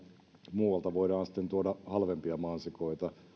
muualta voidaan sitten tuoda halvempia mansikoita